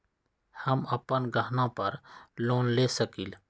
हम अपन गहना पर लोन ले सकील?